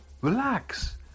relax